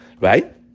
right